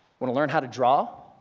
want to learn how to draw?